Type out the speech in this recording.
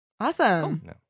Awesome